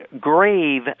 grave